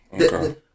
Okay